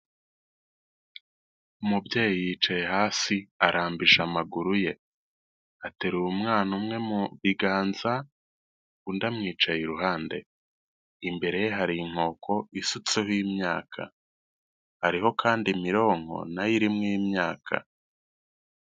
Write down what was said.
Umubyeyi yicaye hasi arambije amaguru ye ateruye umwana umwe mu biganza undi amwicaye iruhande, imbere ye hari inkoko isutseho imyaka hari kandi mironko nayo iriho imyaka.